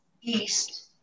east